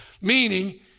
meaning